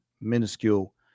minuscule